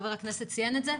חבר הכנסת ציין את זה.